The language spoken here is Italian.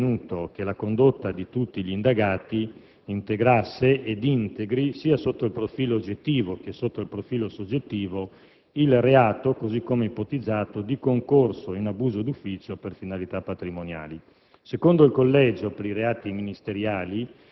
perché il Collegio per i reati ministeriali ha ritenuto che la condotta di tutti gli indagati integrasse ed integri, sia sotto il profilo oggettivo sia soggettivo, il reato, così come ipotizzato, di concorso in abuso di ufficio per finalità patrimoniali.